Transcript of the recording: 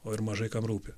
o ir mažai kam rūpi